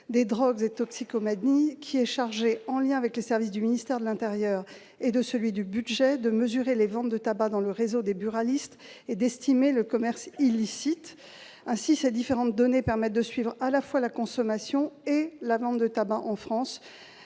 des drogues et des toxicomanies est chargé, en lien avec le ministère de l'intérieur et du budget, de mesurer les ventes de tabac dans le réseau des buralistes et d'estimer le commerce illicite. Ces différentes données permettent de suivre à la fois la consommation et la vente de tabac en France.